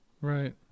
Right